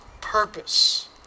purpose